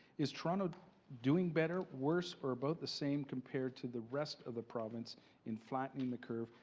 is toronto doing better, worse or about the same compared to the rest of the province in flattening the curve,